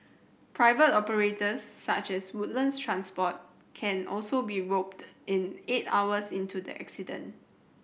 private operators such as Woodlands Transport can also be roped in eight hours into the incident